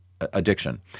addiction